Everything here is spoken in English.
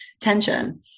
tension